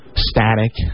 static